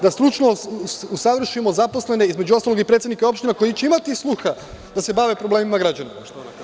Da stručno usavršimo zaposlene, između ostalog i predsednike opština koji će imati sluha da se bave problemima građana.